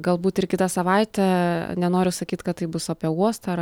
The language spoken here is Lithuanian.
galbūt ir kitą savaitę nenoriu sakyt kad tai bus apie uostą ar